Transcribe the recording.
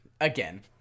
Again